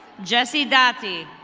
jessie dotty.